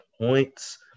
points